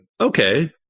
okay